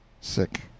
Sick